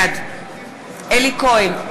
בעד אלי כהן,